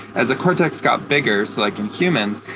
as the cortex got bigger so like in humans,